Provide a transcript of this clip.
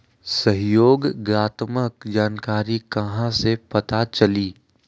सहयोगात्मक जानकारी कहा से पता चली?